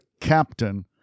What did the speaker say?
Captain